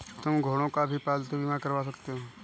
तुम घोड़ों का भी पालतू बीमा करवा सकते हो